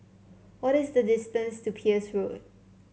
what is the distance to Peirce Road